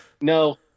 No